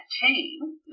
team